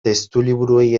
testuliburuei